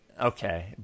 okay